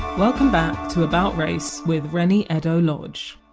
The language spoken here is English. welcome back to about race with reni eddo-lodge